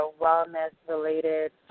wellness-related